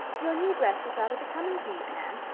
your new dress is rather becoming to you, anne.